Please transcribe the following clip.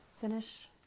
finish